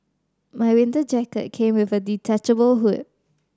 my winter jacket came with a detachable hood